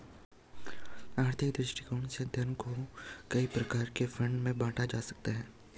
आर्थिक दृष्टिकोण से धन को कई प्रकार के फंड में बांटा जा सकता है